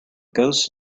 ghost